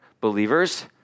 believers